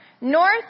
North